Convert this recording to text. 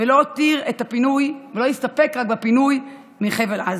שלא הסתפק רק בפינוי מחבל עזה.